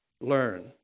learn